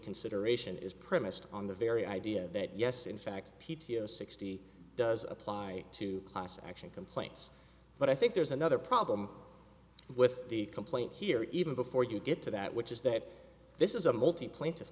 reconsideration is premised on the very idea that yes in fact p t o sixty does apply to class action complaints but i think there's another problem with the complaint here even before you get to that which is that this is a multi plaint